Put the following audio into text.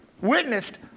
witnessed